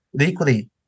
Equally